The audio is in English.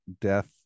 death